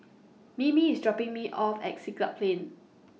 Mimi IS dropping Me off At Siglap Plain